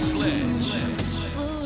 Sledge